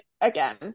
again